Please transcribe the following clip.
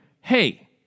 hey